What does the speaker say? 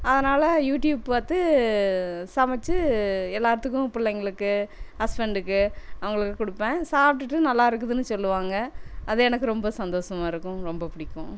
அதனால் யூடியூப் பார்த்து சமைச்சி எல்லாத்துக்கும் பிள்ளைங்களுக்கு ஹஸ்பண்டுக்கு அவங்களுக்கு கொடுப்பேன் சாப்பிட்டுட்டு நல்லா இருக்குதுன்னு சொல்லுவாங்கள் அது எனக்கு ரொம்ப சந்தோஷமாக இருக்கும் ரொம்ப பிடிக்கும்